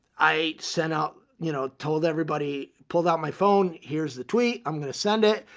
i sent out you know, told everybody, pulled out my phone. here's the tweet, i'm going to send it,